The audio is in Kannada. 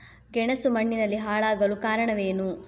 ಗೆಣಸು ಮಣ್ಣಿನಲ್ಲಿ ಹಾಳಾಗಲು ಕಾರಣವೇನು?